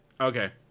Okay